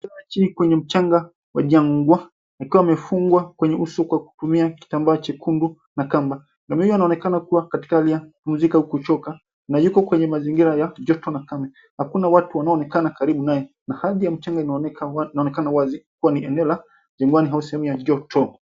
Kwenye mchanaga wa jangwa akiwa amefungwa kwenye uso kwa kutumia kitambaa chekundu na kamba. Ngamia hiyo inaonekana katika hali ya kuvunjika au kuchoka na yuko kwenye mazingira ya joto na kame, hakuna watu wanaoonekana karibu naye na ardhi ya mchanga inaonekana wazi kuwa ni eneo la jangwani au sehemu ya joto.